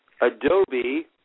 Adobe